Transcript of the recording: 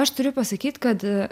aš turiu pasakyt kad